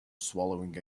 swallowing